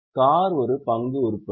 car ஒரு பங்கு உருப்படி